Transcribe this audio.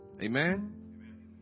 Amen